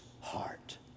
heart